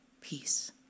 peace